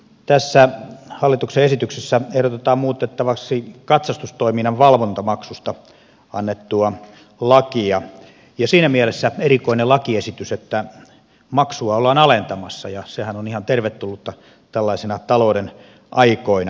tässä hallituksen esityksessä ehdotetaan muutettavaksi katsastustoiminnan valvontamaksusta annettua lakia siinä mielessä erikoinen lakiesitys että maksua ollaan alentamassa ja sehän on ihan tervetullutta tällaisina talouden aikoina